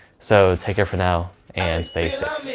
so take care for now and stay safe.